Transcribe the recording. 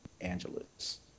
Angeles